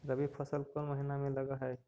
रबी फसल कोन महिना में लग है?